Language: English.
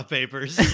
Papers